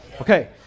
Okay